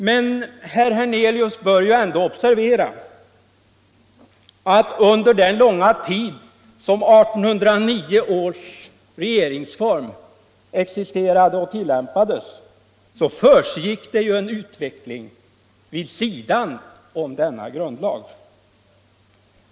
Men herr Hernelius bör ju ändå observera att under den långa tid som 1809 års regeringsform existerade och tillämpades pågick en utveckling vid sidan om denna grundlag.